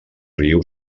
riu